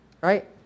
right